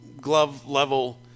glove-level